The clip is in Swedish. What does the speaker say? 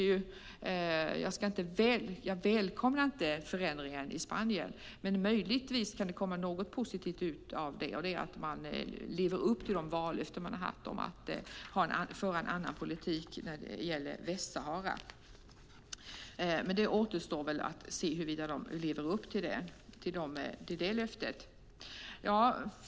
Jag välkomnar inte förändringen i Spanien, men det kan möjligen komma något positivt ut av det, nämligen att man lever upp till de vallöften man har givit om att föra en annan politik när det gäller Västsahara. Det återstår att se om man lever upp till det löftet.